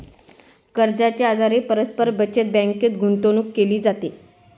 कर्जाच्या आधारे परस्पर बचत बँकेत गुंतवणूक केली जाते